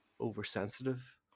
oversensitive